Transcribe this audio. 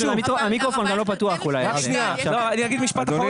אז אני אסביר.